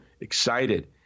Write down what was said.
excited